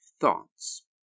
thoughts